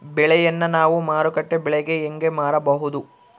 ಬೆಳೆಯನ್ನ ನಾವು ಮಾರುಕಟ್ಟೆ ಬೆಲೆಗೆ ಹೆಂಗೆ ಮಾರಬಹುದು?